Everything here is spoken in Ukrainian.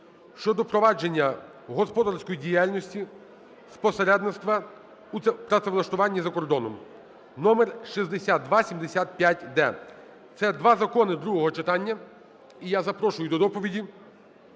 щодо провадження господарської діяльності з посередництва у працевлаштуванні за кордоном (№ 6275-д). Це два закони другого читання. І я запрошую до доповіді